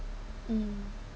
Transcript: mmhmm